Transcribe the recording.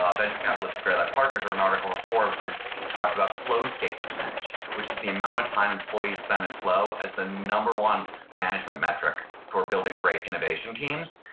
ah venture capitalist at greylock partners, wrote an article in forbes where he talked about flow state percentage which is the amount of time employees spend in flow as the number one management metric for building great innovation teams.